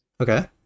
Okay